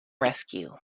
rescue